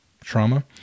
trauma